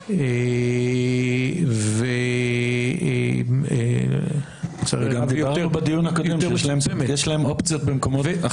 גבוהה ו --- וגם ראית בדיון הקודם שיש להם אופציות במקומות אחרים,